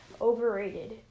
overrated